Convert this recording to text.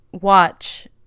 watch